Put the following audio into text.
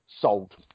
sold